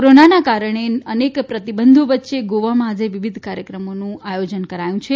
કોરોનાના કારણે અનેક પ્રતિબંધો વચ્ચે ગોવામાં આજે વિવિધ કાર્યક્રમોનું આયોજન કરાયું છે